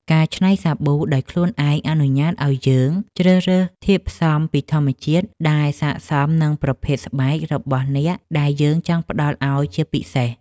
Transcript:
ការច្នៃសាប៊ូដោយខ្លួនឯងអនុញ្ញាតឱ្យយើងជ្រើសរើសធាតុផ្សំពីធម្មជាតិដែលស័ក្តិសមនឹងប្រភេទស្បែករបស់អ្នកដែលយើងចង់ផ្តល់ឱ្យជាពិសេស។